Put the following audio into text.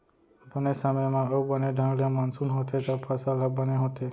बने समे म अउ बने ढंग ले मानसून होथे तव फसल ह बने होथे